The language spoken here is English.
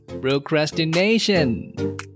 procrastination